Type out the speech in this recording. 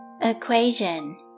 equation